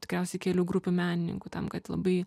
tikriausiai kelių grupių menininkų tam kad labai